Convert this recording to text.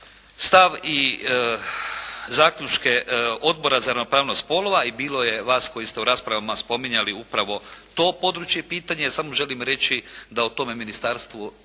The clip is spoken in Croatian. stav i zaključke Odbora za ravnopravnost spolova, i bilo je vas koji ste u raspravama spominjali upravo to područje i pitanje, samo želim reći da o tome Ministarstvo